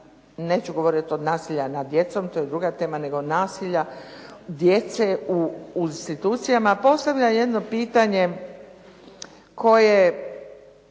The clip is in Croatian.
neću govoriti od nasilja nad djecom, to je druga tema nego nasilja djece u institucijama postavlja jedno pitanje koje